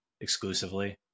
exclusively